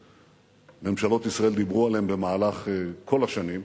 שממשלות ישראל דיברו עליהם במהלך כל השנים,